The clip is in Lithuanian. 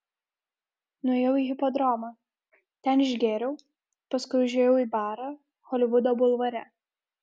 nuėjau į hipodromą ten išgėriau paskui užėjau į barą holivudo bulvare